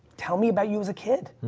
tell me about you as a kid.